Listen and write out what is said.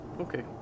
Okay